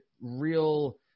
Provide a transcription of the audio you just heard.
real